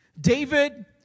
David